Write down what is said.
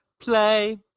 play